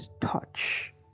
touch